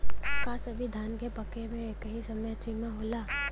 का सभी धान के पके के एकही समय सीमा होला?